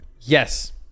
Yes